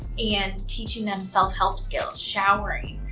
and teaching them self-help skills, showering,